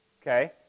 Okay